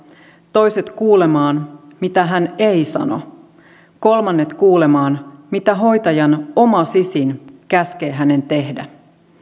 toiset kuulemaan mitä hän ei sano kolmannet kuulemaan mitä hoitajan oma sisin käskee hänen tehdä